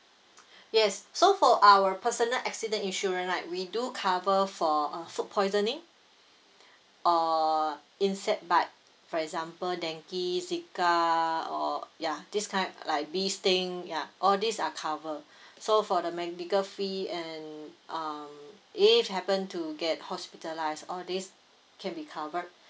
yes so for our personal accident insurance right we do cover for uh food poisoning or insect bite for example dengue zika or ya this type like bee sting ya all this are cover so for the medical fee and um if happen to get hospitalised all this can be covered